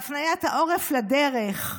בהפניית העורף לדרך.